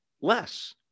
less